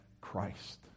Christ